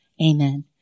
Amen